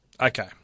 Okay